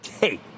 Hey